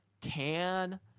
tan